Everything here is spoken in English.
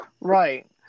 Right